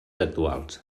actuals